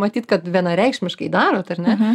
matyt kad vienareikšmiškai darot ar ne